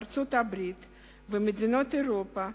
ארצות-הברית ומדינות אירופה,